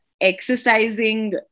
exercising